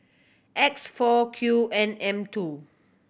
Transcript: X four Q N M two